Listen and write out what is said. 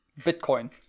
Bitcoin